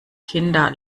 kinder